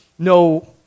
No